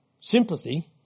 Sympathy